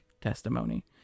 testimony